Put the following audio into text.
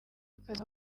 akazi